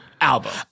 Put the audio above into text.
album